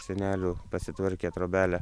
senelių pasitvarkė trobelę